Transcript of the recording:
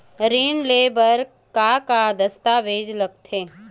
ऋण ले बर का का दस्तावेज लगथे?